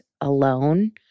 alone